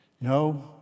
No